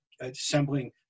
assembling